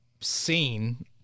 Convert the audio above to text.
seen